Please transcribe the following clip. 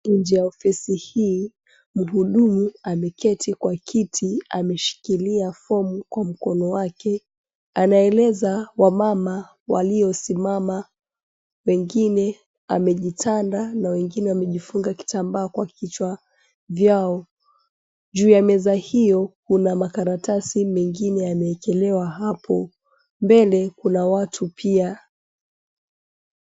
Nje ya ofisi hii mhudumu ameketi kwa kiti, ameshikilia fomu kwa mkono wake anaeleza wamama waliosimama, wengine amejitanda na wengine wamejifunga kitambaa kwa kichwa vyao. Juu ya meza hiyo kuna makaratasi mengine yameekelewa hapo mbele kuna watu pia.